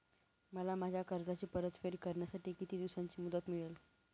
मला माझ्या कर्जाची परतफेड करण्यासाठी किती दिवसांची मुदत मिळेल?